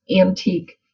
antique